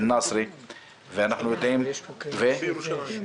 גם בירושלים.